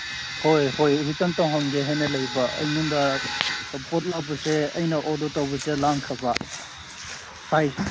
ꯍꯣꯏ ꯍꯣꯏ every time ꯇꯧꯍꯟꯒꯦ ꯍꯥꯏꯅ ꯂꯩꯕ ꯑꯩꯉꯣꯟꯗ ꯄꯣꯠ ꯂꯥꯛꯄꯁꯦ ꯑꯩꯅ ꯑꯣꯗꯔ ꯇꯧꯕꯁꯦ ꯂꯥꯟꯈ꯭ꯔꯕ ꯁꯥꯏꯖ